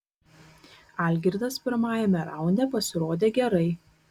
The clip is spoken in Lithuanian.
algirdas pirmajame raunde pasirodė gerai